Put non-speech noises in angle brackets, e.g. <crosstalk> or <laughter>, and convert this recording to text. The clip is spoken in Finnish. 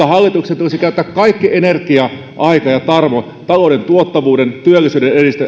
<unintelligible> hallituksen tulisi käyttää kaikki energia aika ja tarmo talouden tuottavuuden ja työllisyyden